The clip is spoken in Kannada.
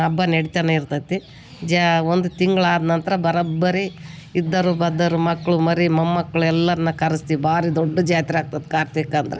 ಹಬ್ಬಾ ನಡೀತಾನೇ ಇರ್ತದೆ ಜಾ ಒಂದು ತಿಂಗ್ಳು ಆದ ನಂತರ ಬರೋಬ್ಬರಿ ಇದ್ದೋರು ಬದ್ದೋರು ಮಕ್ಕಳು ಮರಿ ಮೊಮ್ಮಕ್ಳು ಎಲ್ಲರನ್ನ ಕರೆಸ್ತೀವ್ ಭಾರಿ ದೊಡ್ಡ ಜಾತ್ರೆ ಆಗ್ತದೆ ಕಾರ್ತೀಕ ಅಂದರೆ